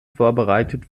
vorbereitet